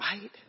Right